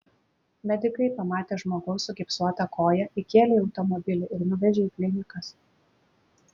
medikai pamatę žmogaus sugipsuotą koją įkėlė į automobilį ir nuvežė į klinikas